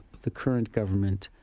the current government,